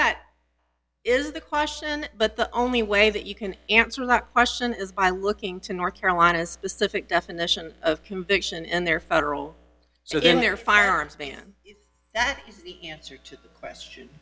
that is the question but the only way that you can answer that question is by looking to north carolina's specific definition of conviction in their federal so in their firearms ban that answer to the question